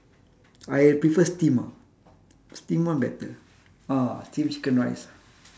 I prefer steam ah steam one better ah steam chicken rice